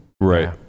Right